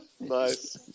Nice